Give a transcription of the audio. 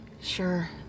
sure